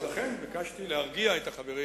לכן ביקשתי להרגיע את החברים